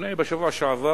בשבוע שעבר